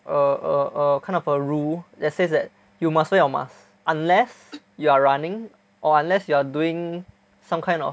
err err err kind of a rule that says that you must wear your mask unless you are running or unless you are doing some kind of